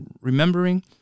remembering